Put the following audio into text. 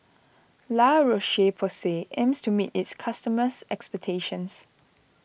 La Roche Porsay aims to meet its customers' expectations